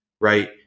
Right